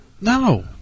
No